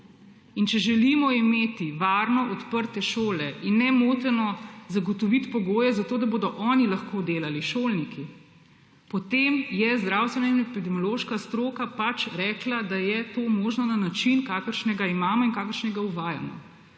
če želimo imeti varno odprte šole in nemoteno zagotoviti pogoje za to, da bodo oni lahko delali, šolniki, potem je zdravstvena in epidemiološka stroka pač rekla, da je to možno na način, kakršnega imamo in kakršnega uvajamo.